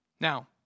Now